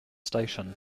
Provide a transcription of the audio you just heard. station